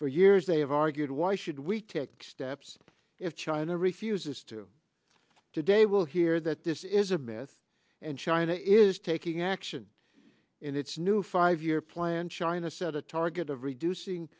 for years they have argued why should we take steps if china refuses to today will hear that this is a myth and china is taking action in its new five year plan china set a target of reducing